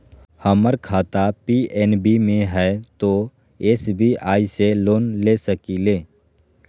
हमर खाता पी.एन.बी मे हय, तो एस.बी.आई से लोन ले सकलिए?